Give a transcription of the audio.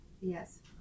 Yes